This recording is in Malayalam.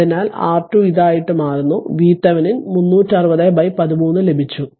അതിനാൽ R2 ഇതായിട്ടു മാറുന്നു VThevenin 360 13 ലഭിച്ചു